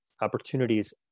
opportunities